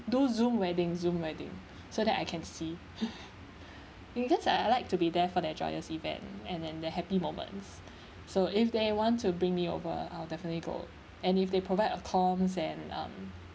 do Zoom wedding Zoom wedding so that I can see because I I like to be there for their joyous event and their happy moments so if they want to bring me over I'll definitely go and if they provide accoms and um